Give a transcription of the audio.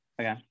Okay